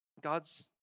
God's